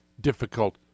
difficult